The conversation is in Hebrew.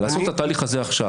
לעשות את התהליך הזה עכשיו